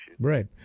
Right